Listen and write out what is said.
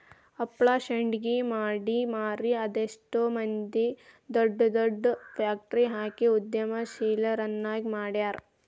ಹಪ್ಳಾ ಶಾಂಡ್ಗಿ ಮಾಡಿ ಮಾರಿ ಅದೆಷ್ಟ್ ಮಂದಿ ದೊಡ್ ದೊಡ್ ಫ್ಯಾಕ್ಟ್ರಿ ಹಾಕಿ ಉದ್ಯಮಶೇಲರನ್ನಾಗಿ ಮಾಡ್ಯಾರ